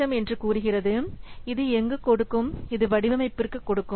000 என்று கூறுகிறது இது எங்கு கொடுக்கும் இது வடிவமைப்பிற்கு கொடுக்கும்